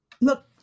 Look